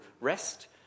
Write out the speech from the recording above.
rest